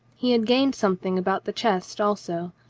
he had gained something about the chest also,